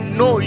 no